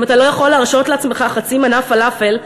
אם אתה לא יכול להרשות לעצמך חצי מנה פלאפל,